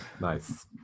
Nice